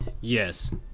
Yes